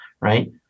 Right